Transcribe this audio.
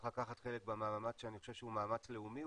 לקחת חלק במאמץ שאני חושב שהוא מאמץ לאומי.